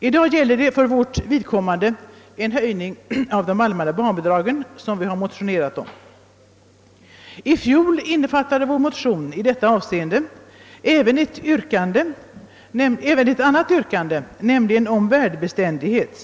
I dag gäller det för vårt vidkommande frågan om en höjning av det allmänna barnbidraget. Det är vad vi har motionerat om. I fjol innefattade vår motion i detta ämne även ett annat yrkande, nämligen ett yrkande på värdebeständighet.